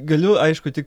galiu aišku tik